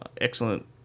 excellent